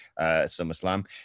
SummerSlam